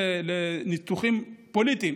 לניתוחים פוליטיים,